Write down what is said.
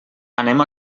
anem